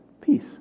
peace